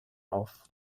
auf